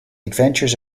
adventures